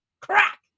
Crack